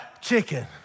chicken